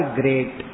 great